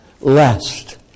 lest